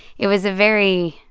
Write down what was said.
it was a very,